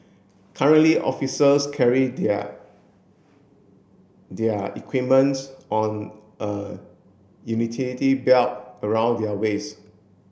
currently officers carry their their equipments on a utility belt around their waist